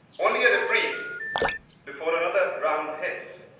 only a reprieve before another round hits.